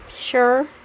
sure